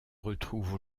retrouvent